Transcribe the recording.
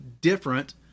different